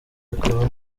akaba